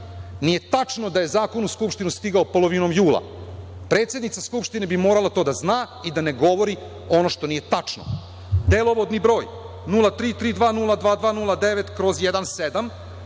nije tačno da je zakon u Skupštinu stigao polovinom jula. Predsednica Skupštine bi morala to da zna i da ne govori ono što nije tačno. Delovodni broj 033202209/17,